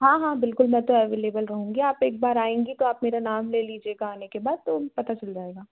हाँ हाँ बिल्कुल मैं तो एवलेबल रहूँगी आप एक बार आएँगी तो आप मेरा नाम ले लीजिएगा आने के बाद तो उन्हें पता चल जाएगा